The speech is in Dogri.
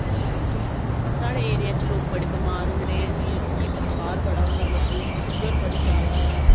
साढ़े एरिया च लोग बड़े बमार होंदे जियां की बखार बड़ा होंदा लोकें शूगर बड़ी जादै